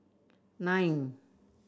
nine